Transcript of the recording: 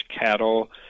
cattle